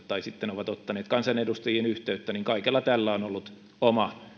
tai ovat ottaneet kansanedustajiin yhteyttä on ollut oma vaikutuksensa kaikella tällä on ollut oma